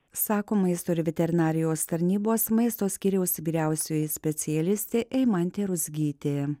sako maisto ir veterinarijos tarnybos maisto skyriaus vyriausioji specialistė eimantė ruzgytė